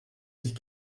sich